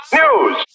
news